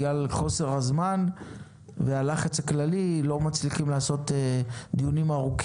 בגלל חוסר הזמן איננו יכולים לערוך דיון ארוך.